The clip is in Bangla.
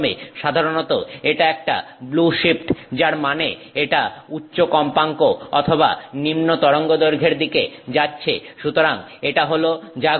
সাধারণত এটা একটা ব্লু শিফট যার মানে হল এটা উচ্চ কম্পাঙ্ক অথবা নিম্ন তরঙ্গদৈর্ঘ্যের দিকে যাচ্ছে সুতরাং এটা হল যা ঘটবে